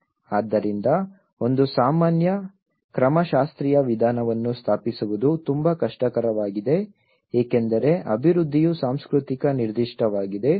ಆದ್ದರಿಂದ ಒಂದು ಸಾಮಾನ್ಯ ಕ್ರಮಶಾಸ್ತ್ರೀಯ ವಿಧಾನವನ್ನು ಸ್ಥಾಪಿಸುವುದು ತುಂಬಾ ಕಷ್ಟಕರವಾಗಿದೆ ಏಕೆಂದರೆ ಅಭಿವೃದ್ಧಿಯು ಸಂಸ್ಕೃತಿ ನಿರ್ದಿಷ್ಟವಾಗಿದೆ